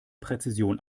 präzision